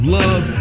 love